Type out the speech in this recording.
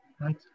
right